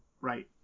right